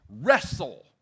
wrestle